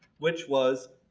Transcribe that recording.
which was